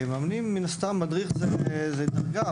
מדריך זו דרגה,